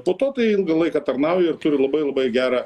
po to tai ilgą laiką tarnauja ir turi labai labai gerą